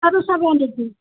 আৰু চাব নেকি